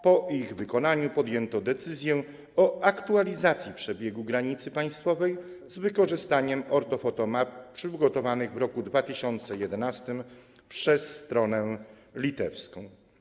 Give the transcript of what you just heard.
Po ich wykonaniu podjęto decyzję o aktualizacji przebiegu granicy państwowej z wykorzystaniem ortofotomap przygotowanych w roku 2011 przez stronę litewską.